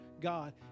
God